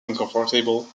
uncomfortable